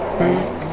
back